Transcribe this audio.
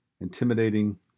intimidating